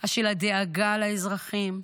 של הדאגה לאזרחים,